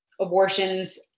abortions